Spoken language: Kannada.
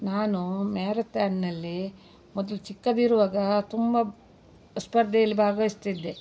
ನಾನು ಮ್ಯಾರತಾನ್ನ್ನಲ್ಲಿ ಮೊದಲು ಚಿಕ್ಕದಿರುವಾಗ ತುಂಬ ಸ್ಪರ್ಧೆಯಲ್ಲಿ ಭಾಗವಯ್ಸ್ತಿದ್ದೆ